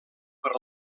per